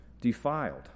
defiled